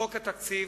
חוק התקציב,